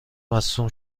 مصدوم